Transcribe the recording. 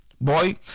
boy